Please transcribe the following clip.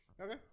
Okay